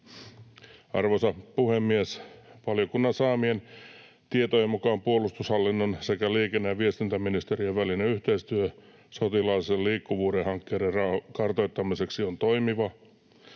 Arvoisa puhemies! Valiokunnan saamien tietojen mukaan puolustushallinnon sekä liikenne- ja viestintäministeriön välinen yhteistyö sotilaallisen liikkuvuuden hankkeiden kartoittamiseksi on toimiva,